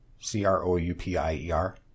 C-R-O-U-P-I-E-R